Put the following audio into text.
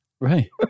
Right